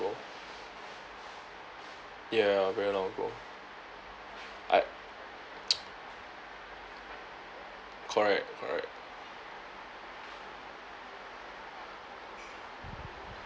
ago ya very long ago I correct correct